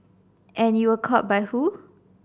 and you were caught by who